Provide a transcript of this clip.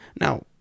Now